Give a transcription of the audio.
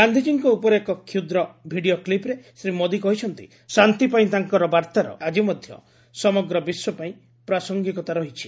ଗାନ୍ଧିଜୀଙ୍କ ଉପରେ ଏକ କ୍ଷୁଦ୍ର ଭିଡ଼ିଓ କ୍ଲିପ୍ରେ ଶ୍ରୀ ମୋଦି କହିଛନ୍ତି ଶାନ୍ତିପାଇଁ ତାଙ୍କର ବାର୍ଭାର ଆଜି ମଧ୍ୟ ସମଗ୍ର ବିଶ୍ୱପାଇଁ ପ୍ରାସଙ୍ଗିକତା ରହିଛି